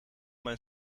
mijn